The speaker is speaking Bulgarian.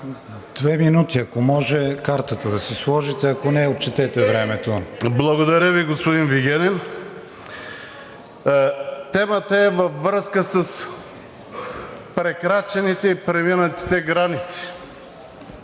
Две минути. Ако може картата да си сложите, ако не, отчетете времето. МУСТАФА КАРАДАЙЪ: Благодаря Ви, господин Вигенин. Темата е във връзка с прекрачените и преминатите граници.